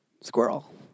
Squirrel